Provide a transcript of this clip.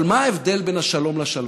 אבל מה ההבדל בין השלום לשלווה?